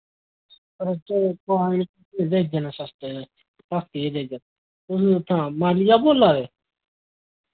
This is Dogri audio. तुस उत्थोआं मालिया बोल्ला दे